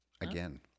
Again